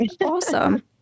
Awesome